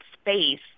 space